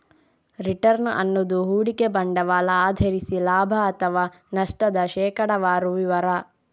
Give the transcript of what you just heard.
return ಅನ್ನುದು ಹೂಡಿಕೆ ಬಂಡವಾಳ ಆಧರಿಸಿ ಲಾಭ ಅಥವಾ ನಷ್ಟದ ಶೇಕಡಾವಾರು ವಿವರ